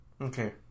okay